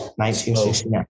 1969